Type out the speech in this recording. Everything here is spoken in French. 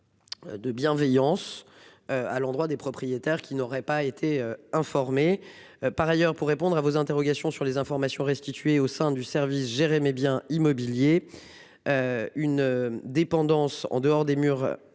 De bienveillance. À l'endroit des propriétaires qui n'aurait pas été informé par ailleurs pour répondre à vos interrogations sur les informations restituer au sein du service géré mes biens immobiliers. Une dépendance en dehors des murs.